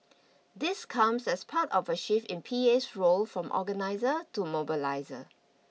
this comes as part of a shift in PA's role from organiser to mobiliser